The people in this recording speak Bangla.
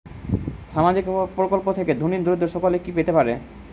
সামাজিক প্রকল্প থেকে ধনী দরিদ্র সকলে কি পেতে পারে?